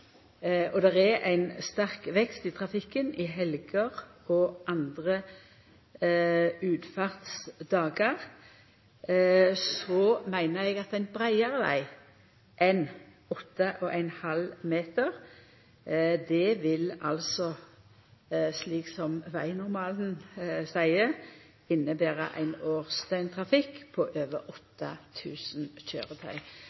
meiner eg at ein breiare veg enn 8,5 meter vil, slik som vegnormalen seier, innebera ein årsdøgntrafikk på over